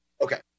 okay